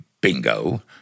bingo